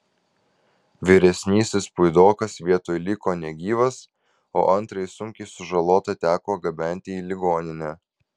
vyresnysis puidokas vietoj liko negyvas o antrąjį sunkiai sužalotą teko gabenti į ligoninę